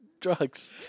drugs